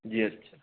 जी अच्छा